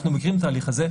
אנחנו מכירים את ההליך הזה,